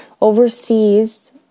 overseas